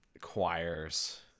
Choirs